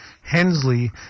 Hensley